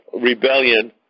rebellion